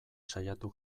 saiatu